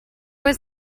was